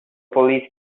police